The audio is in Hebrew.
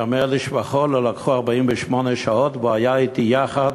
ייאמר לשבחו שלא עברו 48 שעות והוא היה אתי יחד,